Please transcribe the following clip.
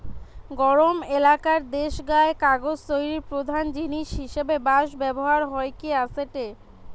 গরম এলাকার দেশগায় কাগজ তৈরির প্রধান জিনিস হিসাবে বাঁশ ব্যবহার হইকি আসেটে